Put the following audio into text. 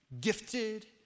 gifted